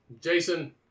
Jason